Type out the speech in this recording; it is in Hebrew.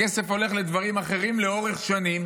הכסף הולך לדברים אחרים לאורך שנים.